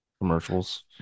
Commercials